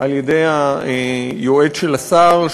על-ידי היועץ של השר,